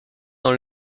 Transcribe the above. dans